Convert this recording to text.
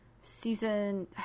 season